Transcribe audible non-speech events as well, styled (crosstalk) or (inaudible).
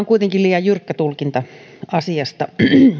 (unintelligible) kuitenkin liian jyrkkä tulkinta asiasta